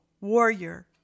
warrior